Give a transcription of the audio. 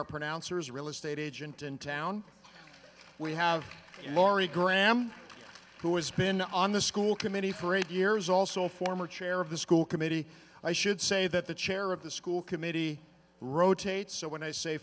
our pronouncers real estate agent in town we have lori graham who has been on the school committee for eight years also former chair of the school committee i should say that the chair of the school committee rotates so when i say